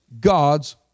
God's